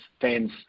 fans